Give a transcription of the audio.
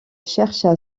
cherchent